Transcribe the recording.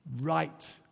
right